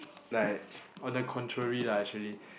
like on the contrary lah actually